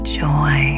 joy